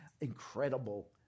incredible